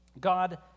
God